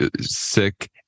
sick